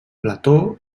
plató